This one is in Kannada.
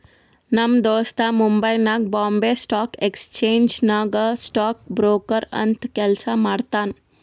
ನಮ್ ದೋಸ್ತ ಮುಂಬೈನಾಗ್ ಬೊಂಬೈ ಸ್ಟಾಕ್ ಎಕ್ಸ್ಚೇಂಜ್ ನಾಗ್ ಸ್ಟಾಕ್ ಬ್ರೋಕರ್ ಅಂತ್ ಕೆಲ್ಸಾ ಮಾಡ್ತಾನ್